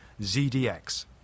ZDX